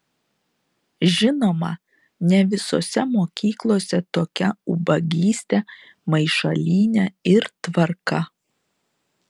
žinoma ne visose mokyklose tokia ubagystė maišalynė ir tvarka